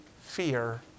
fear